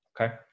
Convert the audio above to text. Okay